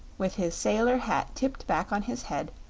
with his sailor hat tipped back on his head,